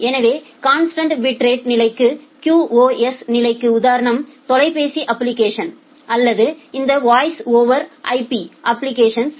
எனவே constant bitrate நிலைக்கு QoS நிலைக்கு உதாரணம் தொலைபேசி அப்ளிகேஷன்ஸ் அல்லது இந்த வாய்ஸ் ஓவர் IP அப்ளிகேஷன்ஸ்